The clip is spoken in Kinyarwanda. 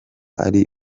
ari